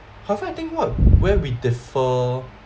have I think what where we differ